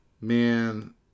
Man